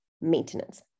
maintenance